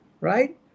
right